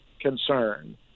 concern